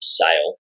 sale